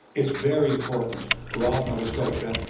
is very important to all of nova scotia,